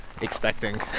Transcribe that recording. expecting